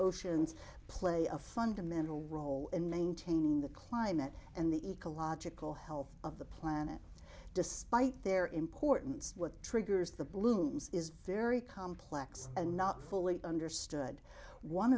oceans play a fundamental role in maintaining the climate and the ecological health of the planet despite their importance what triggers the blooms is very complex and not fully understood one